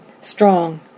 strong